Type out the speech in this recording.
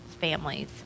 families